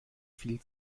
viel